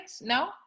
no